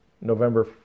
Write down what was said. November